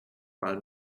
mal